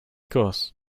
course